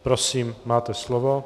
Prosím, máte slovo.